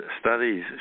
studies